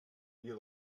dia